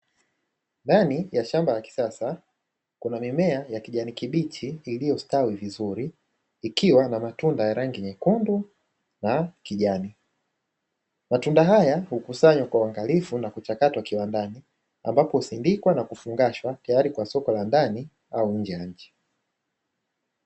Ndani ya shamba la kisasa kuna mimea ya kijani kibichi iliyostawi vizuri ikiwa na matunda ya rangi nyekundu na kijani. Matunda haya hukusanywa kwa uangalifu na kuchakatwa kiwandani ambapo husindikwa na kufungashwa tayari kwa soko la ndani au nje ya nchi.